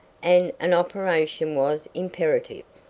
and an operation was imperative.